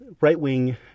right-wing